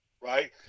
right